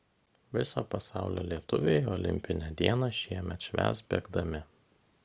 viso pasaulio lietuviai olimpinę dieną šiemet švęs bėgdami